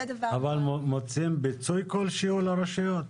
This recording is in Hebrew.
מוצאים פיצוי כלשהו לרשויות?